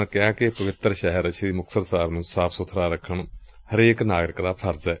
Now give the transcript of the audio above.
ਉਨ੍ਹਾਂ ਕਿਹਾ ਕਿ ਪਵਿੱਤਰ ਸ਼ਹਿਰ ਸ੍ਰੀ ਮੁਕਤਸਰ ਸਾਹਿਬ ਨ੍ਹ ਸਾਫ਼ ਸੁਬਰਾ ਰੱਖਣਾ ਹਰੇਕ ਨਾਗਰਿਕ ਦਾ ਫਰਜੂ ਏ